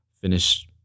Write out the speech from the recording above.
finish